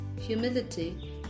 humility